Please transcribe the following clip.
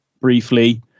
briefly